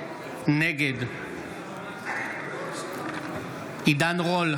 נגד עידן רול,